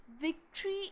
victory